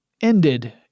ended